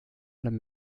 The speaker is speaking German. allem